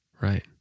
right